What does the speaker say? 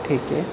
ठीक आहे